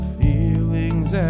feelings